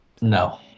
No